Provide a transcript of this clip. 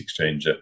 exchanger